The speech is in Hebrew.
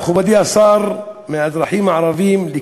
חבר'ה, לא מתאים לנו, לא מתאים לנו.